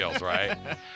right